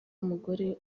w’umugore